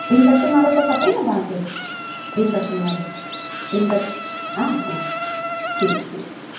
ॿिनि पतियुनि वारो त खपे न तव्हांखे ॿिनि पतियुनि वारो ॿिनि पती हा हा ठीकु ठीकु